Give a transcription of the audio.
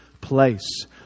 place